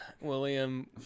William